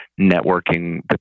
networking